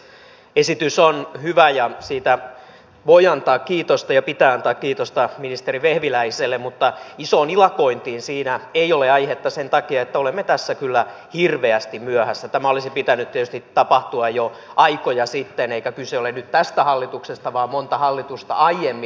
esitys on hyvä ja siitä voi ja pitää antaa kiitosta ministeri vehviläiselle mutta isoon ilakointiin siinä ei ole aihetta sen takia että olemme tässä kyllä hirveästi myöhässä tämän olisi tietysti pitänyt tapahtua jo aikoja sitten eikä kyse ole nyt tästä hallituksesta vaan monta hallitusta aiemmin